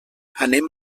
anem